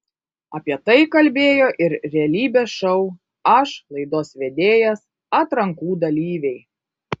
apie tai kalbėjo ir realybės šou aš laidos vedėjas atrankų dalyviai